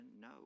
No